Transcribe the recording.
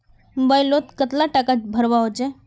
Mobile लोत कतला टाका भरवा होचे?